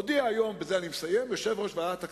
הודיע היום יושב-ראש ועדת הכספים,